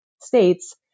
states